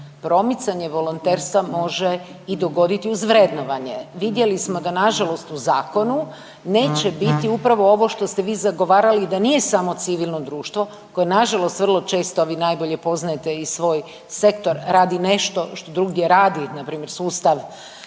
promicanje volonterstva može i dogoditi uz vrednovanje. Vidjeli smo da nažalost u zakonu neće biti upravo ovo što ste vi zagovarali da nije samo civilno društvo koje nažalost vrlo često, a vi najbolje poznajete i svoj sektor radi nešto što drugdje radi npr. sustav